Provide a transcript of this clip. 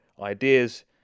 ideas